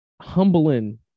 humbling